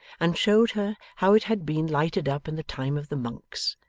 and showed her how it had been lighted up in the time of the monks,